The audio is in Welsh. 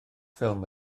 ffilm